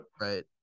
Right